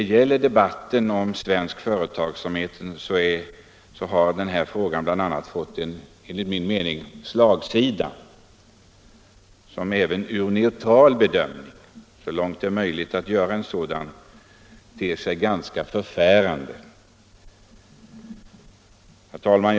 I debatten om den svenska företagsamheten har denna fråga om svenskt företagande enligt min mening fått en slagsida som även vid neutral bedömning — så långt det är möjligt att göra en sådan — ter sig ganska förfärande. Herr talman!